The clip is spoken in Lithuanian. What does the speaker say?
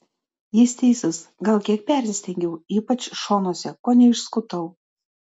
jis teisus gal kiek persistengiau ypač šonuose kone išskutau